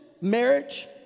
marriage